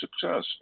success